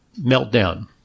meltdown